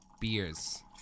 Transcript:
beers